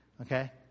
Okay